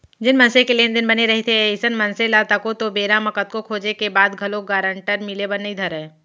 जेन मनसे के लेन देन बने रहिथे अइसन मनसे ल तको तो बेरा म कतको खोजें के बाद घलोक गारंटर मिले बर नइ धरय